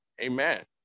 Amen